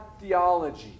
theology